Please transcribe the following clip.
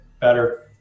better